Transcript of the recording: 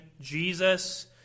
Jesus